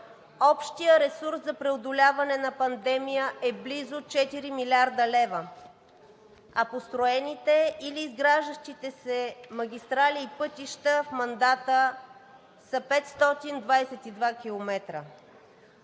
общият ресурс за преодоляване на пандемията е близо 4 млрд. лв., а построените или изграждащите се магистрали и пътища в мандата са 522 км.